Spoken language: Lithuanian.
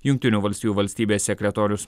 jungtinių valstijų valstybės sekretorius